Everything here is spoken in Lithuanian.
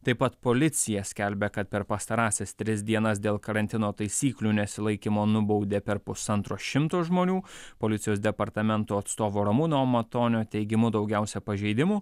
taip pat policija skelbia kad per pastarąsias tris dienas dėl karantino taisyklių nesilaikymo nubaudė per pusantro šimto žmonių policijos departamento atstovo ramūno matonio teigimu daugiausia pažeidimų